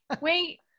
wait